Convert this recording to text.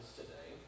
today